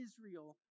Israel